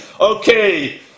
okay